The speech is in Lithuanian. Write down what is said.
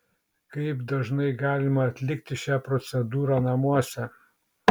kaip dažnai galima atlikti šią procedūrą namuose